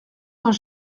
saint